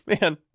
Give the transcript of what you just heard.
man